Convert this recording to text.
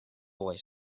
boy